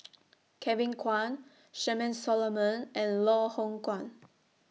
Kevin Kwan Charmaine Solomon and Loh Hoong Kwan